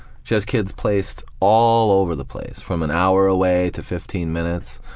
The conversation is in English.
she has kids placed all over the place from an hour away to fifteen minutes,